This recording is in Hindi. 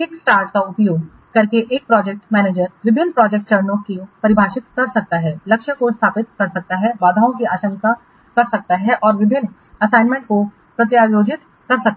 KickStart का उपयोग करके एक प्रोजेक्ट मैनेजर विभिन्न प्रोजेक्ट चरणों को परिभाषित कर सकता है लक्ष्यों को स्थापित कर सकता है बाधाओं की आशंका कर सकता है और विभिन्न असाइनमेंटों को प्रत्यायोजित कर सकता है